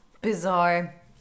Bizarre